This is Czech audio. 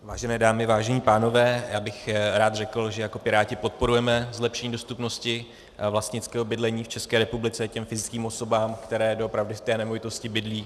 Vážené dámy, vážení pánové, já bych rád řekl, že jako Piráti podporujeme zlepšení dostupnosti vlastnického bydlení v České republice těm fyzickým osobám, které doopravdy v té nemovitosti bydlí.